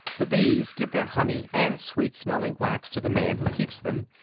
the bees give their honey and sweet-smelling wax to the man who keeps them,